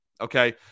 Okay